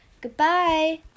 Goodbye